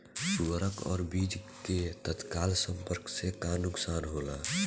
उर्वरक और बीज के तत्काल संपर्क से का नुकसान होला?